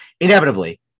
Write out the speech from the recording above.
inevitably